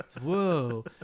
Whoa